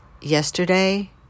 yesterday